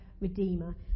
redeemer